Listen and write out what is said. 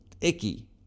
icky